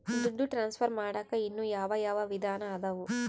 ದುಡ್ಡು ಟ್ರಾನ್ಸ್ಫರ್ ಮಾಡಾಕ ಇನ್ನೂ ಯಾವ ಯಾವ ವಿಧಾನ ಅದವು?